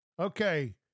Okay